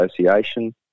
association